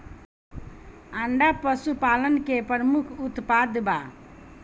अंडा पशुपालन के प्रमुख उत्पाद बा